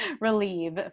relieve